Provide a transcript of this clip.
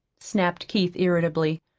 snapped keith irritably.